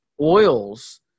oils